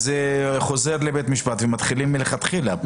זה חוזר לבית משפט ומתחילים מהתחלה.